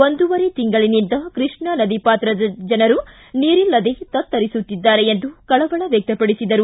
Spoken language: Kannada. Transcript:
ಒಂದೂವರೆ ತಿಂಗಳಿನಿಂದ ಕೃಷ್ಣಾ ನದಿ ಪಾತ್ರದ ಜನರು ನೀರಿಲ್ಲದೇ ತತ್ತರಿಸುತ್ತಿದ್ದಾರೆ ಎಂದು ಕಳವಳ ವ್ಯಕ್ತಪಡಿಸಿದರು